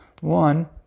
One